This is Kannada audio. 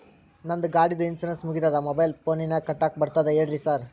ನಂದ್ ಗಾಡಿದು ಇನ್ಶೂರೆನ್ಸ್ ಮುಗಿದದ ಮೊಬೈಲ್ ಫೋನಿನಾಗ್ ಕಟ್ಟಾಕ್ ಬರ್ತದ ಹೇಳ್ರಿ ಸಾರ್?